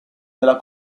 della